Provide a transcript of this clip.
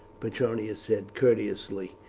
petronius said courteously.